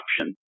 option